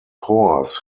horse